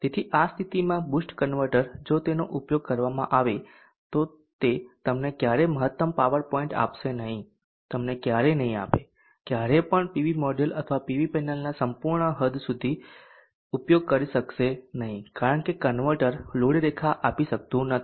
તેથી આ સ્થિતિમાં બૂસ્ટ કન્વર્ટર જો તેનો ઉપયોગ કરવામાં આવે તો તે તમને ક્યારેય મહત્તમ પાવર પોઇન્ટ આપશે નહીં તમને ક્યારેય નહીં આપે ક્યારેય પણ પીવી મોડ્યુલ અથવા પીવી પેનલના સંપૂર્ણ હદ સુધી ઉપયોગ કરી શકશે નહીં કારણ કે કન્વર્ટર લોડ રેખા આપી શકતું નથી